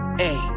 hey